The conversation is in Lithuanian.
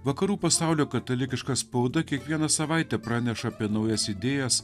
vakarų pasaulio katalikiška spauda kiekvieną savaitę praneša apie naujas idėjas